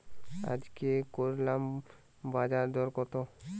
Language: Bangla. আজকে করলার বাজারদর কত?